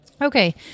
Okay